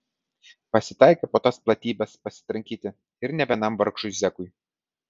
pasitaikė po tas platybes pasitrankyti ir ne vienam vargšui zekui